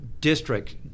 district